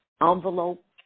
envelope